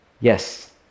yes